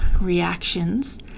reactions